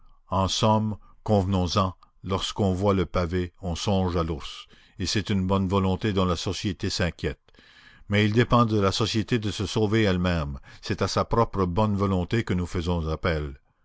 en somme convenons en lorsqu'on voit le pavé on songe à l'ours et c'est une bonne volonté dont la société s'inquiète mais il dépend de la société de se sauver elle-même c'est à sa propre bonne volonté que nous faisons appel